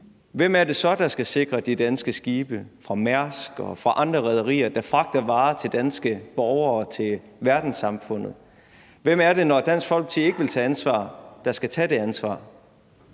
Hvem er det så, der skal sikre de danske skibe fra Mærsk og andre rederier, der fragter varer til danske borgere og til verdenssamfundet? Hvem er det, der skal tage ansvar, når Dansk Folkeparti ikke vil tage det ansvar?